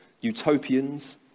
Utopians